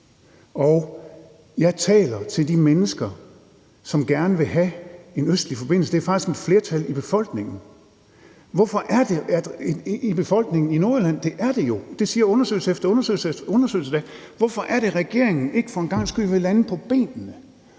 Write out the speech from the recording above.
Jeg har talt med de mennesker, som gerne vil have en østlig forbindelse. Det er faktisk et flertal i befolkningen. Hvorfor er det det i Nordjylland? Det er det jo. Det siger undersøgelse efter undersøgelse. Hvorfor er det, at regeringen for en gangs skyld ikke vil lande på benene